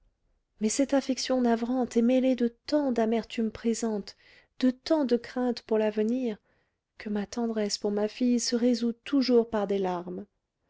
mais cette affection navrante est mêlée de tant d'amertumes présentes de tant de craintes pour l'avenir que ma tendresse pour ma fille se résout toujours par des larmes